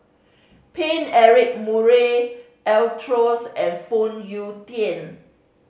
Paine Eric Murray and Phoon Yew Tien